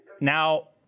Now